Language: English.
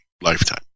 lifetime